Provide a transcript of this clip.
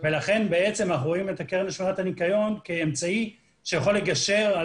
לכן אנחנו רואים את הקרן לשמירת הניקיון כאמצעי שיכול לגשר על